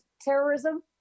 terrorism